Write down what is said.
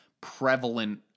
prevalent